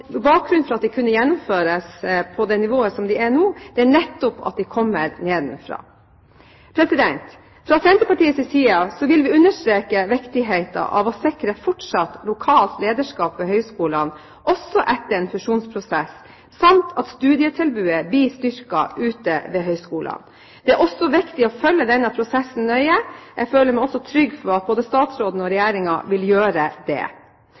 bakgrunnen for at de kunne gjennomføres på det nivået de er nå, er nettopp at de kommer nedenfra. Fra Senterpartiets side vil vi understreke viktigheten av å sikre fortsatt lokalt lederskap ved høyskolene – også etter en fusjonsprosess – samt at studietilbudet blir styrket ute ved høyskolene. Det er viktig å følge denne prosessen nøye. Jeg føler meg også trygg på at både statsråden og Regjeringen vil gjøre det.